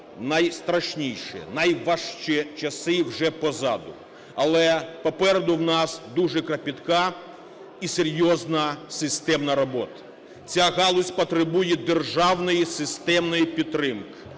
найстрашніші, найважчі часи у нас вже позаду. Але попереду в нас дуже клопітка і серйозна системна робота. Ця галузь потребує державної системної підтримки.